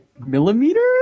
Millimeters